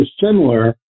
similar